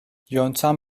yöntem